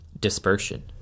dispersion